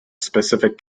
specific